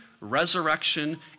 resurrection